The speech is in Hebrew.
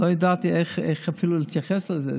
לא ידעתי אפילו איך להתייחס לזה.